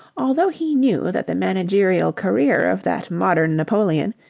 although he knew that the managerial career of that modern napoleon,